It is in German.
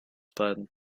beiden